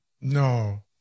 No